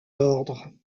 ordres